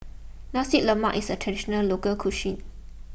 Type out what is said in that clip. Nasi Lemak is a Traditional Local Cuisine